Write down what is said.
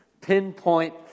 pinpoint